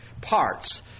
parts